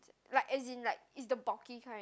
like as in like it's the bulky kind